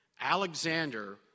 Alexander